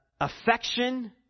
affection